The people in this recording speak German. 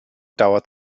dauert